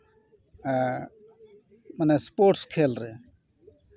sports ᱠᱷᱮᱞ ᱨᱮ